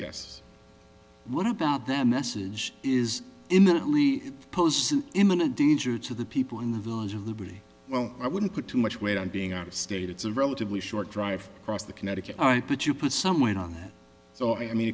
yes what about their message is imminently pose an imminent danger to the people in the village of liberty well i wouldn't put too much weight on being out of state it's a relatively short drive across the connecticut all right but you put some weight on it so i mean